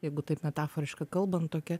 jeigu taip metaforiškai kalbant tokia